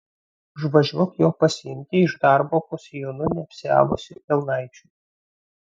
užvažiuok jo pasiimti iš darbo po sijonu neapsiavusi kelnaičių